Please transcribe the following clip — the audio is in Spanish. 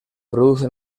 produce